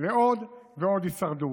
לעוד ועוד הישרדות.